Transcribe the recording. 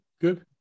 good